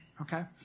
okay